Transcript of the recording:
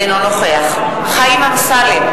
אינו נוכח חיים אמסלם,